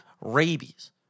rabies